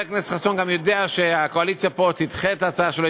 חבר הכנסת חסון גם יודע שהקואליציה פה תדחה את ההצעה שלו.